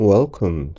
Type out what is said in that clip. Welcome